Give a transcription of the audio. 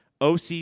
OC